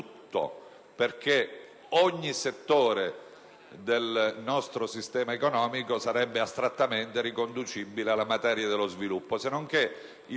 perché ogni settore del nostro sistema economico sarebbe astrattamente riconducibile alla materia dello sviluppo.